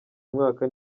umwaka